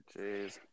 Jeez